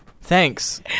Thanks